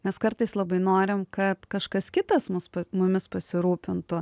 nes kartais labai norim kad kažkas kitas mus mumis pasirūpintų